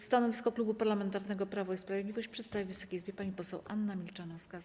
Stanowisko Klubu Parlamentarnego Prawo i Sprawiedliwość przedstawi Wysokiej Izbie pani poseł Anna Milczanowska.